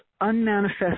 unmanifest